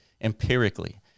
empirically